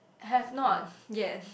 have not yet